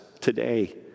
today